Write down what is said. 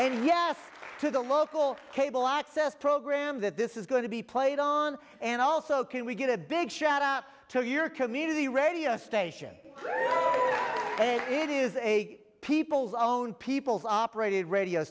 yes to the local cable access program that this is going to be played on and also can we get a big shot up to your community radio station it is a people's own people's operated radio